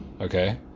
Okay